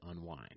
unwind